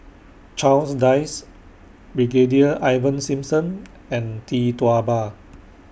Charles Dyce Brigadier Ivan Simson and Tee Tua Ba